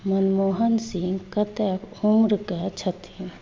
मनमोहन सिंह कतेक उम्रके छथिन